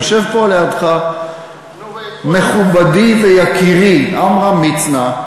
יושב פה לידך מכובדי ויקירי עמרם מצנע,